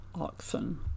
oxen